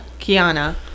Kiana